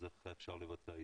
אז איך אפשר לבצע עסקה?